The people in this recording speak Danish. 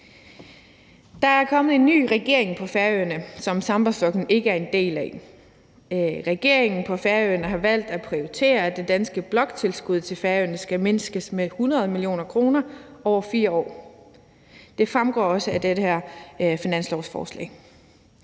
Der er kommet en ny regering på Færøerne, som Sambandsflokkurin ikke er en del af. Regeringen på Færøerne har valgt at prioritere, at det danske bloktilskud til Færøerne skal mindskes med 100 mio. kr. over 4 år. Det fremgår også af det her finanslovsforslag.